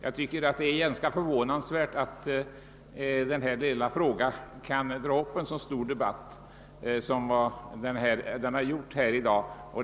Jag tycker att det är ganska förvånansvärt att denna lilla fråga har kunnat föranleda en så lång debatt.